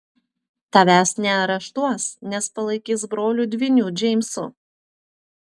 tavęs neareštuos nes palaikys broliu dvyniu džeimsu